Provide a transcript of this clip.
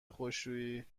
خشکشویی